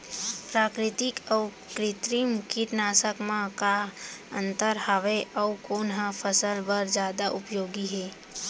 प्राकृतिक अऊ कृत्रिम कीटनाशक मा का अन्तर हावे अऊ कोन ह फसल बर जादा उपयोगी हे?